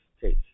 case